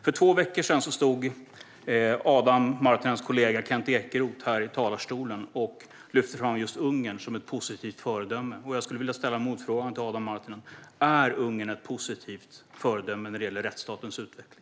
För två veckor sedan stod Adam Marttinens kollega Kent Ekeroth här i talarstolen och lyfte fram Ungern som ett positivt föredöme. Jag skulle vilja ställa en motfråga till Adam Marttinen: Är Ungern ett positivt föredöme när det gäller rättsstatens utveckling?